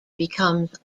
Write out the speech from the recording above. becomes